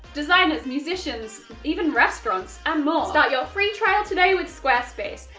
designers, musicians, even restaurants, and more. start your free trial today with squarespace.